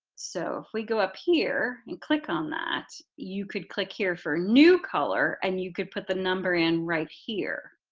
so if we go up here and click on that, you could click here on new color and you could put the number in right here.